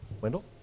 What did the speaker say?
Wendell